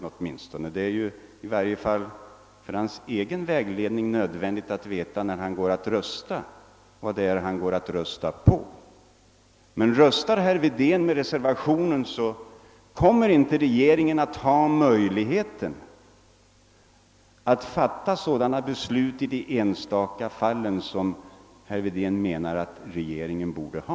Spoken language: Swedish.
När han går att rösta är det i varje fall för hans egen vägledning nödvändigt att veta vad det är han skall rösta på. Röstar herr Wedén för reservationen och den vinner kommer inte regeringen att ha den möjlighet att fatta beslut i de enstaka fallen som herr Wedén anser att regeringen borde ha.